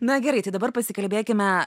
na gerai tai dabar pasikalbėkime